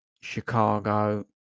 Chicago